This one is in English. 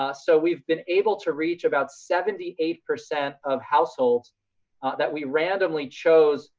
ah so we've been able to reach about seventy eight percent of households that we randomly choose